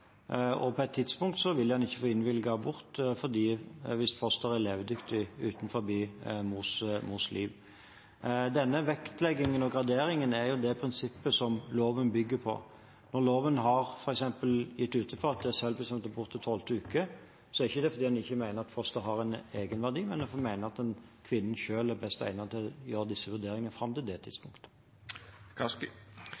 og på et tidspunkt vil en ikke få innvilget abort hvis fosteret er levedyktig utenfor mors liv. Denne vektleggingen og graderingen er det prinsippet som loven bygger på. Når loven f.eks. gir uttrykk for at det er selvbestemt abort til tolvte uke, er det ikke fordi man ikke mener at fosteret har en egenverdi, men man mener at kvinnen selv er best egnet til å gjøre disse vurderinger fram til det